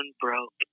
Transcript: broke